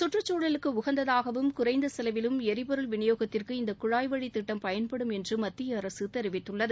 கற்றக்குழலுக்கு உகந்ததாகவும் குறைந்த செலவிலும் எரிபொருள் விநியோகத்திற்கு இந்த குழாய் வழி திட்டம் பயன்படும் என்று மத்திய அரசு தெரிவித்துள்ளது